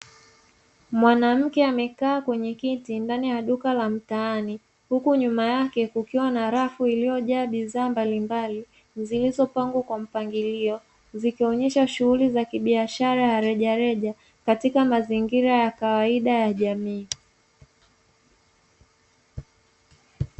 Mwanamke amekaa kwenye kiti ndani ya duka la mtaani, huku nyuma yake kukiwa na rafu iliyojaa bidhaa mbalimbali zilizopangwa kwa mpangilio. Zikionesha shughuli za kibiashara ya rejareja, katika mazingira ya kawaida ya jamii.